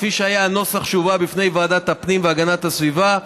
כפי שהיה הנוסח שהובא בפני ועדת הפנים והגנת הסביבה,